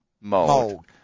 Mold